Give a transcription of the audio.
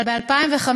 ב-2015,